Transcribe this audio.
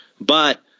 but-